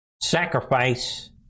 Sacrifice